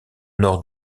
nord